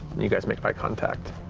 and you guys make eye contact.